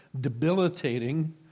debilitating